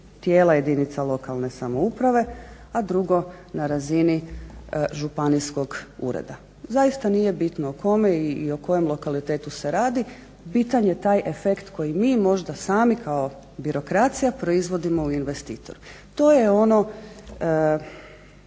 tijela lokalne samouprave, a drugo na razini županijskog ureda. Zaista nije bitno kome i o kojem lokalitetu se radi, bitan je taj efekt koji mi možda sami kao birokracija proizvodimo u investitor. To je ono